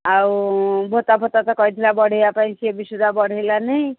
ଆଉ ଭତ୍ତା ଫତ୍ତା ତ କହିଥିଲା ବଢ଼େଇବା ପାଇଁ ସିଏ ବି ସୁଦ୍ଧା ବଢ଼େଇଲାନି ନାହିଁ